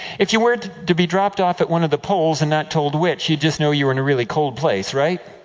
if you were to be dropped off at one of the poles, and not told which, you would just know you were in a really cold place, right?